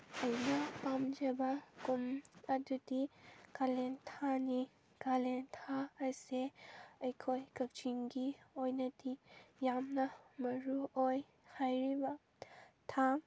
ꯑꯩꯅ ꯄꯥꯝꯖꯕ ꯀꯨꯝ ꯑꯗꯨꯗꯤ ꯀꯥꯂꯦꯟ ꯊꯥꯅꯤ ꯀꯥꯂꯦꯟ ꯊꯥ ꯍꯥꯏꯁꯦ ꯑꯩꯈꯣꯏ ꯀꯛꯆꯤꯡꯒꯤ ꯑꯣꯏꯅꯗꯤ ꯌꯥꯝꯅ ꯃꯔꯨ ꯑꯣꯏ ꯍꯥꯏꯔꯤꯕ ꯊꯥ